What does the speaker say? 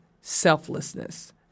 selflessness